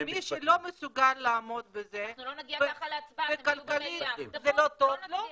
מי שלא מסוגל לעמוד בזה וכלכלית זה לא טוב לו,